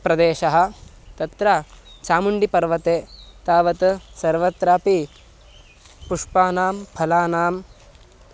प्रदेशः तत्र चामुण्डीपर्वते तावत् सर्वत्रापि पुष्पाणां फलानां